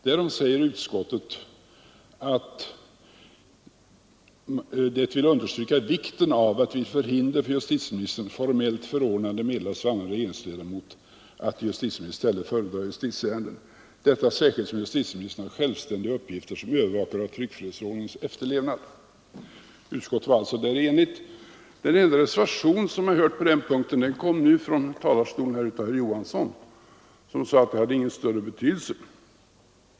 Därom säger utskottet att det vill understryka vikten av att vid förhinder för justitieministern formellt förordnande meddelas annan regeringsledamot att i justitieministerns ställe föredra justitieärenden, detta särskilt som justitieministern har självständiga uppgifter som övervakare av tryckfrihetsförordningens efterlevnad. Utskottet var alltså där enigt. Den enda reservation som jag har hört på den punkten kom nu från talarstolen av herr Johansson i Trollhättan, som sade att det inte hade någon större betydelse.